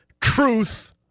truth